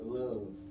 love